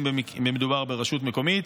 אם מדובר ברשות מקומית,